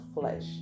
flesh